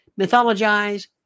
mythologize